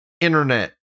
internet